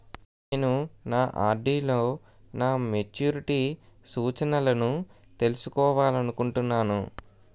నేను నా ఆర్.డి లో నా మెచ్యూరిటీ సూచనలను తెలుసుకోవాలనుకుంటున్నాను